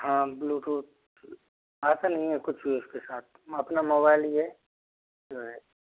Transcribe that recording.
हाँ ब्लूटूथ आता नहीं है कुछ भी उसके साथ अपना मोबाईल ही है